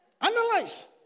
Analyze